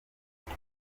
kuko